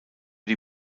die